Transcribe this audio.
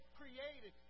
created